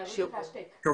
ואנחנו עדיין לא כל כך יודעים